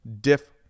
diff